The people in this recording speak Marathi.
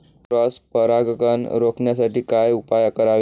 क्रॉस परागकण रोखण्यासाठी काय उपाय करावे?